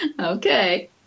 Okay